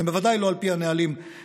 זה בוודאי לא על פי הנהלים הראויים.